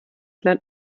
lernt